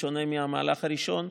בשונה מהמהלך הראשון,